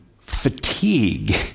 fatigue